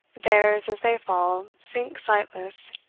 theirs, as they fall, sink sightless